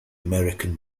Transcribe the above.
american